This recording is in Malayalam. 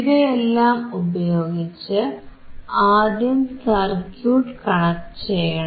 ഇവയെല്ലാം ഉപയോഗിച്ച് ആദ്യം സർക്യൂട്ട് കണക്ട് ചെയ്യണം